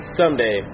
someday